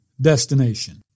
destination